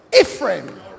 Ephraim